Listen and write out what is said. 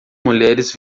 mulheres